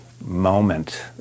moment